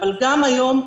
אבל גם היום,